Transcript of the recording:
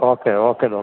okay okay doctor